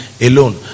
alone